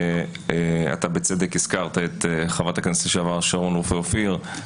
אתה בצדק הזכרת את חברת הכנסת לשעבר שרון רופא אופיר.